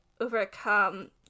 overcome